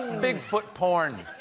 bigfoot porn.